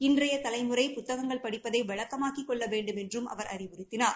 இன்றைய தலைமுறை புத்தகங்கள் படிப்பதை வழக்கமாக்கிக் கொள்ள வேண்டுமென்று அவர் அறிவுறுத்தினார்